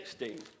16